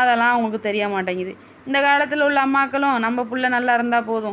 அதெல்லாம் அவங்களுக்கு தெரிய மாட்டேங்குது இந்த காலத்தில் உள்ள அம்மாக்களும் நம்ம புள்ளை நல்லாயிருந்தா போதும்